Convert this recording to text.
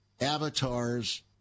avatars